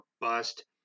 bust